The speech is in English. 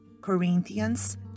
Corinthians